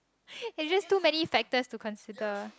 it just too many factors to consider